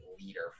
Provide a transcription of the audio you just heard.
leader